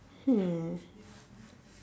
hmm